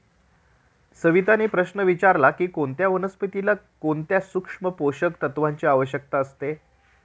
सविताने प्रश्न विचारला की कोणत्या वनस्पतीला कोणत्या सूक्ष्म पोषक तत्वांची आवश्यकता असते?